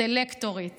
סלקטורית